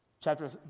Chapter